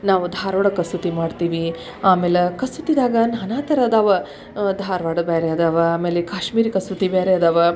ನಾವು ಧಾರವಾಡ ಕಸೂತಿ ಮಾಡ್ತೀವಿ ಆಮೇಲೆ ಕಸೂತಿದಾಗ ನಾನಾ ಥರ ಅದಾವೆ ಧಾರವಾಡ ಬೇರೆ ಅದಾವೆ ಆಮೇಲೆ ಕಾಶ್ಮೀರಿ ಕಸೂತಿ ಬೇರೆ ಅದಾವೆ